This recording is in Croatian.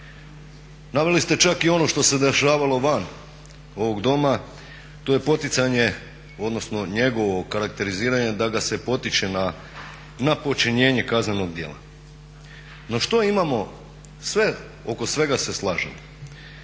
Naveli ste čak i ono što se dešavalo van ovog doma to je poticanje odnosno njegovo karakteriziranje da ga se potiče na počinjenje kaznenog djela. No, što imamo sve oko svega se slažemo,